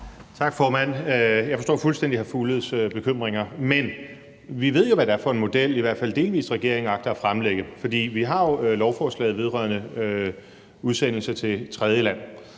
Tak, formand. Jeg forstår fuldstændig hr. Fugledes bekymringer, men vi ved jo, hvad det er for en model, i hvert fald delvis, som regeringen agter at fremlægge. For vi har jo lovforslaget vedrørende udsendelse til tredjeland.